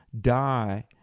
die